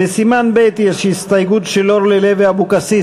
לסימן ב' יש הסתייגות של אורלי לוי אבקסיס.